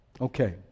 Okay